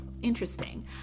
interesting